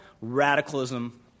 radicalism